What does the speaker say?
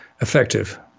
effective